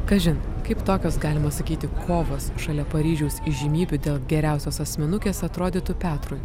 kažin kaip tokios galima sakyti kovos šalia paryžiaus įžymybių dėl geriausios asmenukės atrodytų petrui